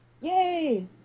Yay